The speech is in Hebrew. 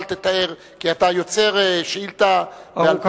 אל תתאר,